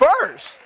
first